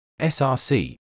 src